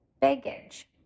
baggage